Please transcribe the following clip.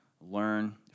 learn